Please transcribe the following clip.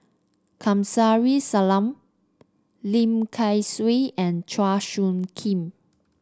Kamsari Salam Lim Kay Siu and Chua Soo Khim